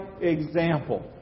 example